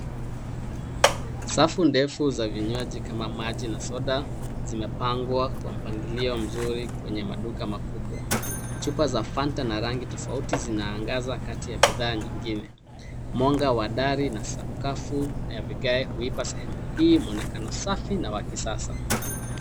Safu ndefu za vinywaji kama maji na soda zimepangwa kwa mpangilio mzuri kwenye maduka makubwa. Chupa za Fanta na rangi tofauti zinaangaza kati ya bidhaa nyingine. Mwanga wa dari na sakafu ya vigae huipa sehemu hii mwonekano safi na wa kisasa.